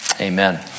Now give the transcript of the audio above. Amen